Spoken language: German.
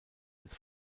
des